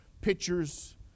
pictures